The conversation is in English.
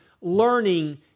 learning